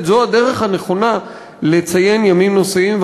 זו הדרך הנכונה לציין ימים נושאיים.